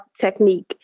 technique